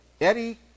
Eddie